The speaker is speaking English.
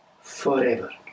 forever